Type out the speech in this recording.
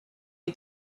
you